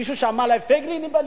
מישהו שמע על הפייגלינים בליכוד?